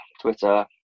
twitter